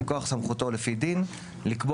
מכוח סמכותו לפי דין לקבוע,